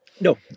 No